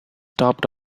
stopped